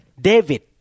David